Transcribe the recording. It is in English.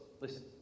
listen